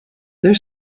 there